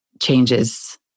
changes